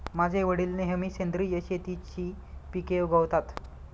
माझे वडील नेहमी सेंद्रिय शेतीची पिके उगवतात